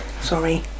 Sorry